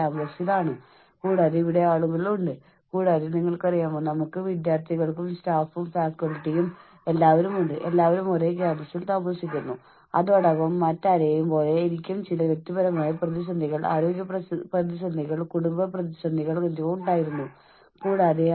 ഇപ്പോൾ ജീവനക്കാർക്ക് സുരക്ഷിതത്വം തോന്നുന്നുവെങ്കിൽ അവർക്ക് ഭീഷണിയിലെങ്കിൽ റിസ്ക് എടുക്കാനും കൂടുതൽ സ്രോതസ്സുകൾ കണ്ടെത്തുന്നതിനും വിഭവങ്ങൾ നേടാനും പുതിയ കാര്യങ്ങൾ പഠിക്കാനും വളരാനുമുള്ള സുരക്ഷിതമായ സാഹചര്യങ്ങൾ അവർക്ക് ഉണ്ടെന്ന ചിന്ത അവരിൽ ഉണ്ടാകും